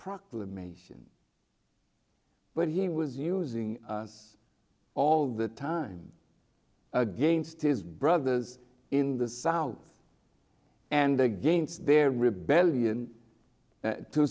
proclamation but he was using all the time against his brothers in the south and against their rebellion to